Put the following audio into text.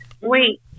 Wait